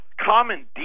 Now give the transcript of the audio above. common